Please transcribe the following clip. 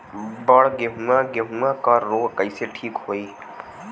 बड गेहूँवा गेहूँवा क रोग कईसे ठीक होई?